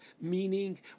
meaning